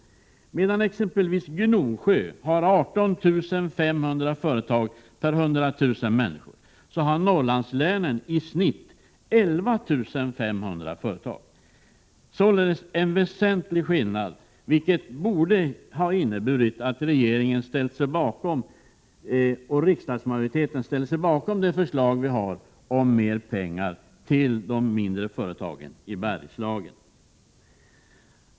Medan exempelvis Gnosjö har 18 500 företag per 100 000 människor har Norrlandslänen i genomsnitt 11 500 företag — således en väsentlig skillnad, vilket borde ha inneburit att regeringen och riksdagsmajoriteten ställt sig bakom det förslag vi har om mer pengar till de mindre företagen i Bergslagen.